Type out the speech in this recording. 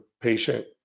patient